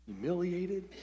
humiliated